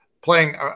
playing